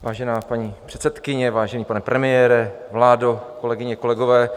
Vážená paní předsedkyně, vážený pane premiére, vládo, kolegyně, kolegové.